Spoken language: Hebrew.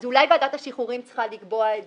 אז אולי ועדת השחרורים צריכה לקבוע את